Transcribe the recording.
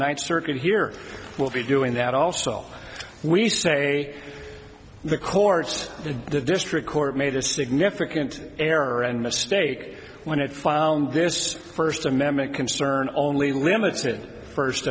ninth circuit here will be doing that also we say the courts and the district court made a significant error and mistake when it found this first amendment concern only limits it first